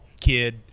kid